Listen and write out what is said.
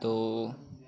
दो